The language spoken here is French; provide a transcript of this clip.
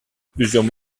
plusieurs